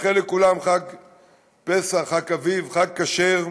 לאחל לכולם חג פסח, חג אביב, כשר,